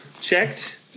checked